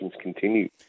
continue